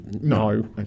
No